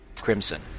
crimson